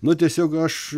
nu tiesiog aš